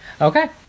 Okay